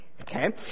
Okay